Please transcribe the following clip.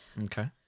Okay